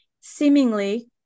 seemingly